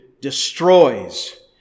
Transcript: destroys